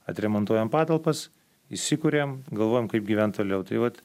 atremontuojam patalpas įsikuriam galvojam kaip gyvent toliau tai vat